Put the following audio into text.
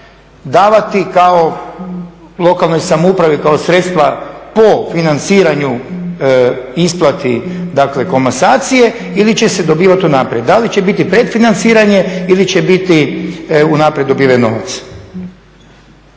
davati lokalnoj samoupravi kao sredstva po financiranju isplati komasacije ili će se dobivati unaprijed? Da li će biti pretfinanciranje ili će biti unaprijed dobiven novac?